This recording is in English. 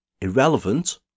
irrelevant